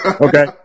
Okay